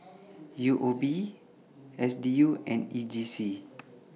U O B S D U and E J C